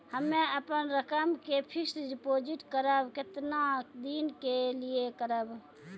हम्मे अपन रकम के फिक्स्ड डिपोजिट करबऽ केतना दिन के लिए करबऽ?